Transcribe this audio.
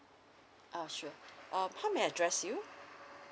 uh sure uh how may I address you